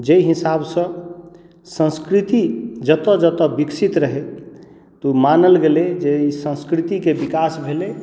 जे हिसाब सॅं संस्कृति जतय जतय विकसित रहै तऽ ओ मानल गेलै जे इ संस्कृति के विकास भेलै